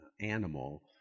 animal